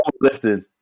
lifted